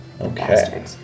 Okay